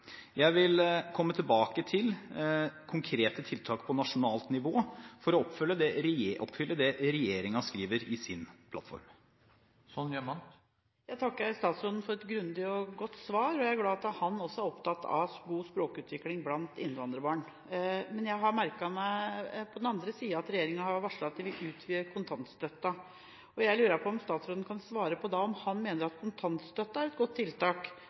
nasjonalt nivå for å oppfylle det regjeringen skriver i sin plattform. Jeg takker statsråden for et grundig og godt svar, og jeg er glad for at også han er opptatt av god språkutvikling blant innvandrerbarn. Men på den annen side har jeg merket meg at regjeringa har varslet at de vil utvide kontantstøtten. Jeg lurer på om statsråden kan svare på om han mener at kontantstøtte er et godt tiltak